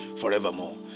forevermore